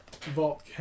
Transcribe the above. Vault